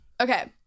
Okay